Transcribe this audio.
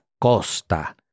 Costa